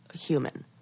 human